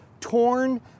torn